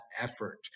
effort